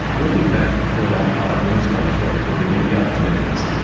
looking back through an archived list i kept of the new guard's members,